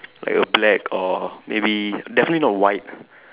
like a black or maybe definitely not white